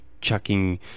chucking